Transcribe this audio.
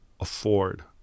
afford